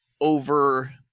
over